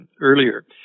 earlier